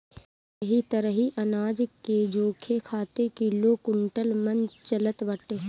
एही तरही अनाज के जोखे खातिर किलो, कुंटल, मन चलत बाटे